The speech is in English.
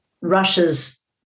Russia's